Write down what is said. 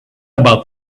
about